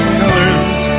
colors